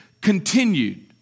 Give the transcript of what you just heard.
continued